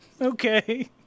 Okay